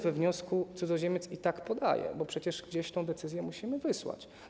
We wniosku cudzoziemiec i tak podaje adres, bo przecież gdzieś tę decyzję musimy wysłać.